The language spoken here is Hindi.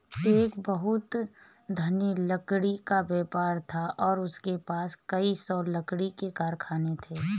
एक बहुत धनी लकड़ी का व्यापारी था और उसके पास कई सौ लकड़ी के कारखाने थे